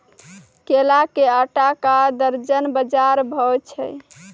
केला के आटा का दर्जन बाजार भाव छ?